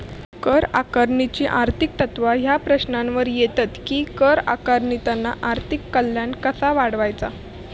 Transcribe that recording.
कर आकारणीची आर्थिक तत्त्वा ह्या प्रश्नावर येतत कि कर आकारणीतना आर्थिक कल्याण कसा वाढवायचा?